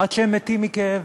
עד שהם מתים מכאב.